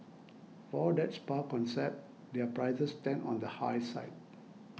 for that spa concept their prices stand on the high side